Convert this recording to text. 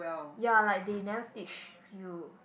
ya like they never teach you